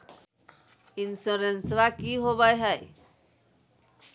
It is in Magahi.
इंसोरेंसबा की होंबई हय?